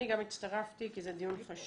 אני גם הצטרפתי כי זה דיון חשוב.